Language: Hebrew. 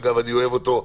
אגב, אני אוהב אותו.